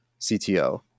CTO